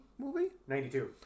92